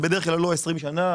זה בדרך כלל לא 20 שנה,